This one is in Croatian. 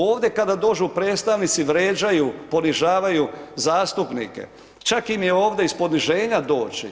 Ovdje kada dođu predstavnici vređaju, ponižavaju zastupnike, čak im je ovdje iz poniženja doći.